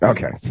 Okay